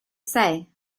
say